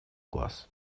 глаз